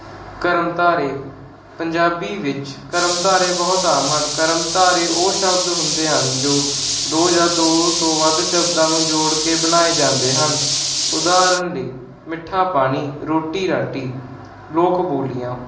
ਕਰਮਧਾਰੇ ਪੰਜਾਬੀ ਵਿੱਚ ਕਰਮਧਾਰੇ ਬਹੁਤ ਆਮ ਹਨ ਕਰਮਧਾਰੇ ਉਹ ਸ਼ਬਦ ਹੁੰਦੇ ਹਨ ਜੋ ਦੋ ਜਾਂ ਦੋ ਤੋਂ ਵੱਧ ਸ਼ਬਦਾਂ ਨੂੰ ਜੋੜ ਕੇ ਬਣਾਏ ਜਾਂਦੇ ਹਨ ਉਦਾਹਰਣ ਲਈ ਮਿੱਠਾ ਪਾਣੀ ਰੋਟੀ ਰਾਟੀ ਲੋਕ ਬੋਲੀਆਂ